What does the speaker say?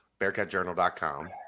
BearcatJournal.com